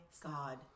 god